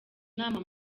inama